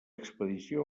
expedició